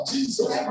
Jesus